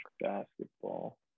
basketball